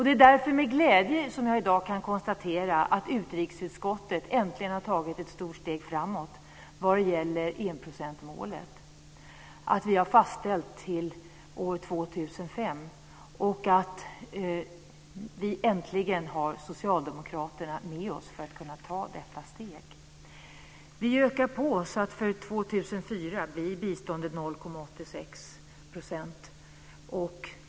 Det är därför med glädje som jag i dag kan konstatera att utrikesutskottet äntligen har tagit ett stort steg framåt vad gäller enprocentmålet, att vi har fastställt detta till år 2005 och att vi äntligen har socialdemokraterna med oss för att kunna ta detta steg. Vi ökar biståndet så att det för år 2004 blir 0,86 % av BNI.